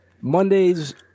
Mondays